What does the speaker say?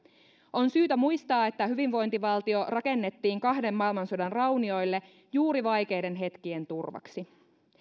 on syytä muistaa että hyvinvointivaltio rakennettiin kahden maailmansodan raunioille juuri vaikeiden hetkien turvaksi